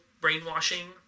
brainwashing